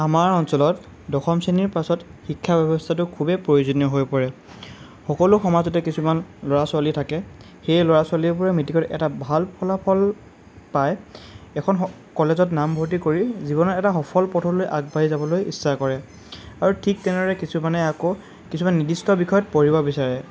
আমাৰ অঞ্চলত দশম শ্ৰেণীৰ পাছত শিক্ষা ব্যৱস্থাটো খুবেই প্ৰয়োজনীয় হৈ পৰে সকলো সমাজতে কিছুমান ল'ৰা ছোৱালী থাকে সেই ল'ৰা ছোৱালীবোৰে মেট্ৰিকত এটা ভাল ফলাফল পায় এখন স কলেজত নামভৰ্তি কৰি জীৱনত এটা সফল পথলৈ আগবাঢ়ি যাবলৈ ইচ্ছা কৰে আৰু ঠিক তেনেদৰে কিছুমানে আকৌ কিছুমান নিদিষ্ট বিষয়ত পঢ়িব বিচাৰে